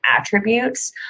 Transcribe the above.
attributes